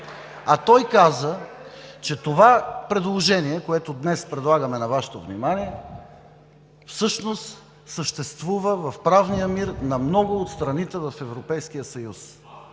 А той каза, че предложението, което днес е на Вашето внимание, всъщност съществува в правния мир на много от страните в Европейския съюз.